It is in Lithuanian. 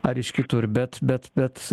ar iš kitur bet bet bet